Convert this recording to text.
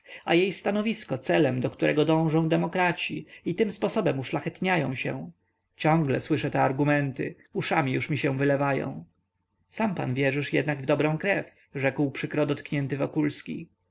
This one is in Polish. a jej stanowisko celem do którego dążą demokraci i tym sposobem uszlachetniają się ciągle słyszę te argumenty uszami już mi się wylewają sam pan wierzysz jednak w dobrą krew rzekł przykro dotknięty wokulski